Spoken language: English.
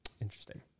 Interesting